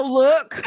look